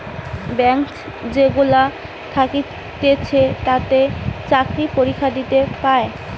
bank যেগুলা থাকতিছে তাতে চাকরি পরীক্ষা দিয়ে পায়